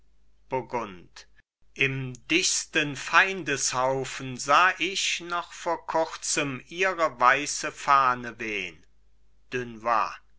im dichtsten feindeshaufen sah ich noch vor kurzem ihre weiße fahne wehn